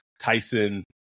Tyson